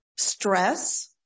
Stress